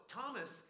Thomas